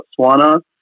Botswana